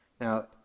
Now